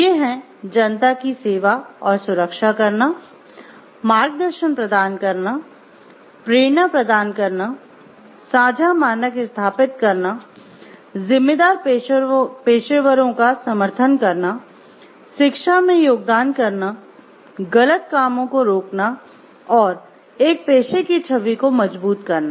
ये है जनता की सेवा और सुरक्षा करना मार्गदर्शन प्रदान करना प्रेरणा प्रदान करना साझा मानक स्थापित करना जिम्मेदार पेशेवरों का समर्थन करना शिक्षा में योगदान करना गलत कामों को रोकना और एक पेशे की छवि को मजबूत करना